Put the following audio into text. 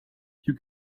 you